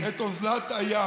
צריך למנוע את אוזלת היד.